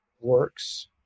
works